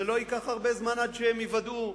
זה לא ייקח הרבה זמן עד שהם ייוודעו,